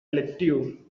electiu